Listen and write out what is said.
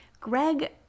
greg